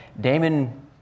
Damon